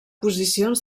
posicions